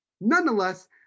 Nonetheless